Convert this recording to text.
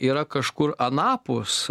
yra kažkur anapus